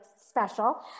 special